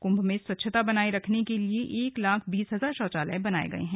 कुम्भ में स्वच्छता बनाये रखने के लिये एक लाख बीस हजार शौचालय बनाये गए हैं